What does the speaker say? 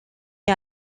est